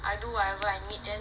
I do whatever I need then